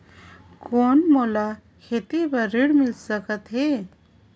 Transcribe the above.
कौन मोला खेती बर ऋण मिल सकत है?